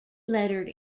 lettered